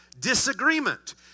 disagreement